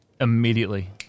immediately